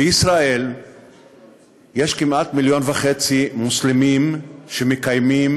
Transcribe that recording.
בישראל יש כמעט מיליון וחצי מוסלמים שמקיימים